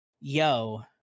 yo